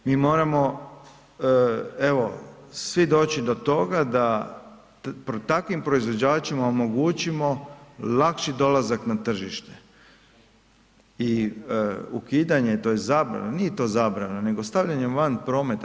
Mi moramo evo, svi doći do toga da takvim proizvođačima omogućimo lakši dolazak na tržište i ukidanje, tj. zabrana, nije to zabrana, nego stavljanje van prometa.